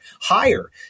higher